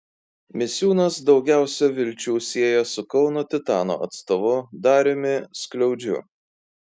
misiūnas daugiausia vilčių sieja su kauno titano atstovu dariumi skliaudžiu